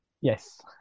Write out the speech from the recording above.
Yes